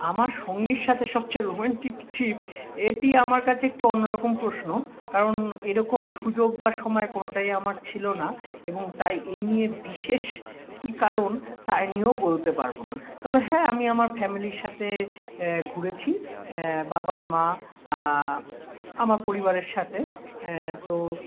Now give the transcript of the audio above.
আমার সঙ্গীর সাথে সবচেয়ে রোমান্টিক ট্রিপ এটি আমার কাছে একটু অন্যরকম প্রশ্ন কারণ এরকম সুযোগ বা সময় কোনোটাই আমার ছিল না এবং তাই এ নিয়ে বিশেষ কী কারণ তাই নিয়েও বলতে পারব না তবে হ্যাঁ আমি আমার ফ্যামিলির সাথে ঘুরেছি বাবা মা আমার পরিবারের সাথে তো